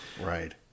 Right